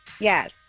yes